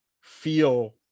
feel